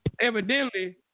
Evidently